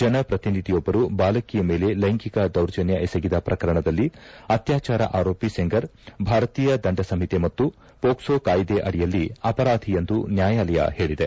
ಜನ ಪ್ರತಿನಿಧಿಯೊಬ್ಬರು ಬಾಲಕಿಯ ಮೇಲೆ ಲೈಂಗಿಕ ದೌರ್ಜನ್ಹ ಎಸಗಿದ ಪ್ರಕರಣದಲ್ಲಿ ಅತ್ವಾಚಾರ ಆರೋಪಿ ಸೆಂಗರ್ ಭಾರತೀಯ ದಂಡ ಸಂಹಿತೆ ಮತ್ತು ಪೋಕ್ಲೋ ಕಾಯಿದೆ ಅಡಿಯಲ್ಲಿ ಅಪರಾಧಿ ಎಂದು ನ್ಯಾಯಾಲಯ ಹೇಳಿದೆ